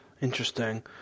Interesting